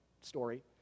story